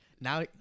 now